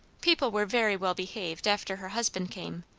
people were very well-behaved after her husband came,